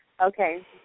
Okay